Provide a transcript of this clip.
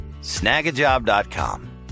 Snagajob.com